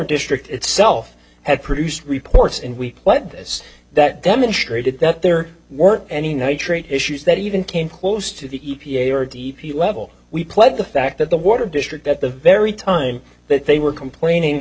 district itself had produced reports and we let this that demonstrated that there weren't any nitrate issues that even came close to the e p a or d p level we played the fact that the water district at the very time that they were complaining